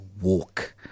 walk